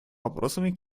вопросами